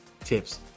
tips